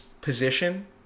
position